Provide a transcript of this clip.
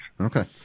Okay